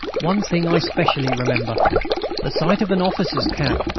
one thing i specially remember the sight of an officer's cap,